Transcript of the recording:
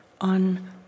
on